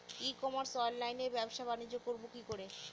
ই commerce অনলাইনে ব্যবসা বানিজ্য করব কি করে?